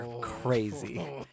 crazy